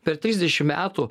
per trisdešim metų